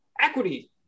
Equity